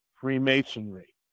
Freemasonry